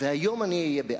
והיום אני אהיה בעד.